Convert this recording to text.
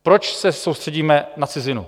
Proč se soustředíme na cizinu?